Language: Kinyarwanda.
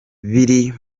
biri